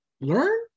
learn